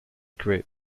group